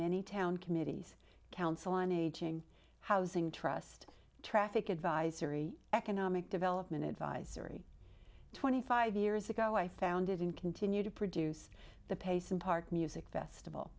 many town committees council on aging housing trust traffic advisory economic development advisory twenty five years ago i founded and continue to produce the pacing part music festival